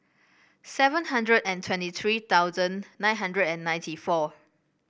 seven hundred and twenty three thousand nine hundred and ninety four